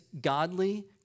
godly